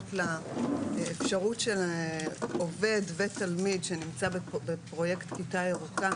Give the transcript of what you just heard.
שמתייחסות לאפשרות של עובד ותלמיד שנמצא בפרוייקט כיתה ירוקה